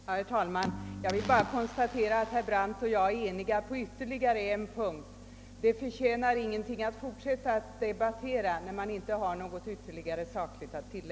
Herr talman! Jag vill bara konstatera att herr Brandt och jag är eniga på ytterligare en punkt: det tjänar ingenting till att fortsätta att debattera när man inte har något ytterligare sakligt att till